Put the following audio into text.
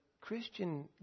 Christian